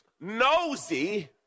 Nosy